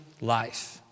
life